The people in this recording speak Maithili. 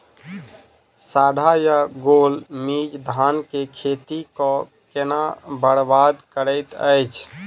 साढ़ा या गौल मीज धान केँ खेती कऽ केना बरबाद करैत अछि?